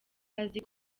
azi